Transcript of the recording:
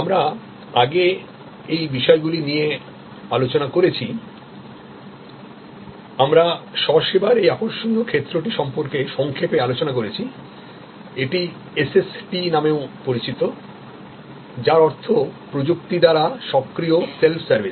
আমরা আগে এই বিষয়গুলি নিয়ে আলোচনা করেছি আমরা সেল্ফসার্ভিস এই আকর্ষণীয় ক্ষেত্রটি সম্পর্কে সংক্ষেপে আলোচনা করেছি এটি এসএসটি নামেও পরিচিত যার অর্থ প্রযুক্তি দ্বারা সক্রিয় সেল্ফসার্ভিস